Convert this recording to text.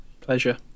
Pleasure